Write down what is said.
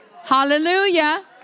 Hallelujah